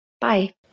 Bye